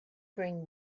bring